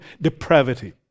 depravity